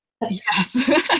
Yes